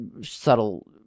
subtle